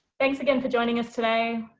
thanks again for joining us today.